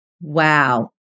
wow